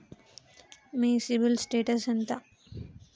మీ CIBIL status ఎంత?